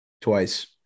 Twice